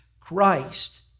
Christ